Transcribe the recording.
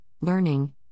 learning